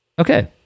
Okay